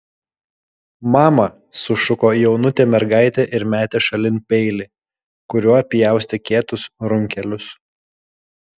mama sušuko jaunutė mergaitė ir metė šalin peilį kuriuo pjaustė kietus runkelius